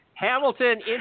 Hamilton